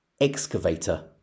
Excavator